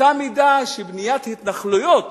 באותה מידה שבניית התנחלויות